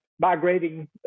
migrating